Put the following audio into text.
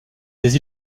des